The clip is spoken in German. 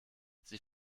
sie